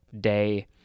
day